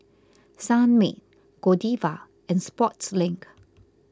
Sunmaid Godiva and Sportslink